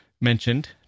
mentioned